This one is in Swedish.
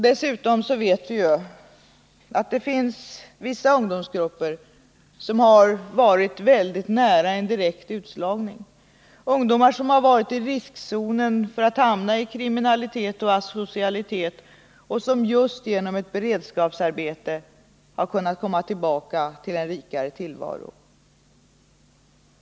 Dessutom vet vi att det finns vissa ungdomsgrupper som varit väldigt nära en direkt utslagning, ungdomar som varit i riskzonen för att hamna i kriminalitet och asocialitet och som just genom ett beredskapsarbete har kunnat komma tillbaka till en rikare tillvaro.